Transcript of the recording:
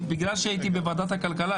למה הוא לא?